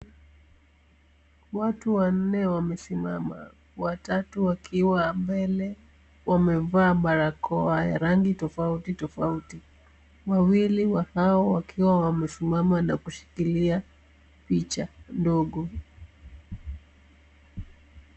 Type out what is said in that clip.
Watu wanne wamesimama, watatu wakiwa mbele wamevaa barakoa ya rangi tofauti tofauti, wawili wao wakiwa wamesimama na kushikilia picha ndogo.